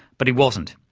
but he wasn't.